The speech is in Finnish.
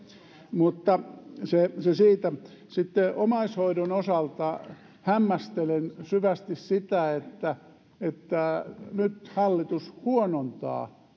mutta se se siitä omaishoidon osalta hämmästelen syvästi sitä että että nyt hallitus huonontaa